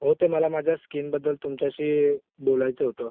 हो ते मला माझ्या स्कीनबद्दल तुमच्याशी बोलायचं होतं